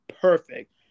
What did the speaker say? perfect